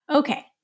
Okay